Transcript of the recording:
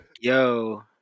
Yo